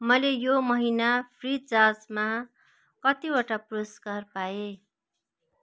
मैले यो महिना फ्रिचार्जमा कतिवटा पुरस्कार पाएँ